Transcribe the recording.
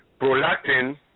Prolactin